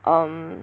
um